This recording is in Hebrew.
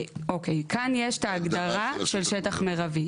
כאן יש את ההגדרה של שטח מרבי,